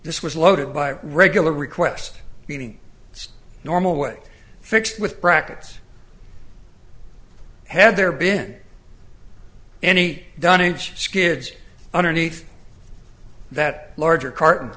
this was loaded by regular request meaning its normal way fixed with brackets had there been any done in skids underneath that larger carton